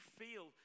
feel